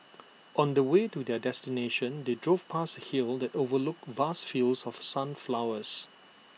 on the way to their destination they drove past A hill that overlooked vast fields of sunflowers